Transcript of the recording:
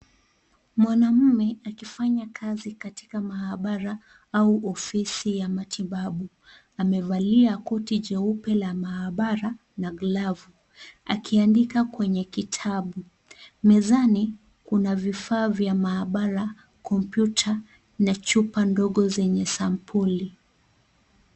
Mwanaume akifanya kazi katika maabara au ofisi ya matibabu. Amevalia koti jeupe la maabara na glavu, akiandika kwenye kitabu. Mezani, kuna vifaa vya maabara, kompyuta na chupa ndogo zenye sampuli.